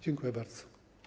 Dziękuję bardzo.